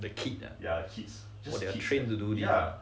the kid ah oh they are trained to do it